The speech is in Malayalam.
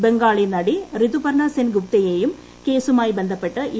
ബംഗാളി നടി റിതുപർണ സെൻഗുപ്തയേയും കേസുമായി ബന്ധപ്പെട്ട് ഇ